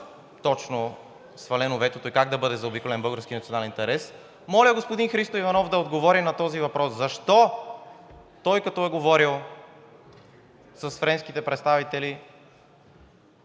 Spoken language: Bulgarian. точно свалено ветото и как да бъде заобиколен българският национален интерес, моля господин Христо Иванов да отговори на този въпрос: защо той, като е говорил с френските представители,